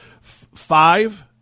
five